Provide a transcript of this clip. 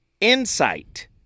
Insight